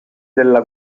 della